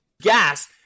gas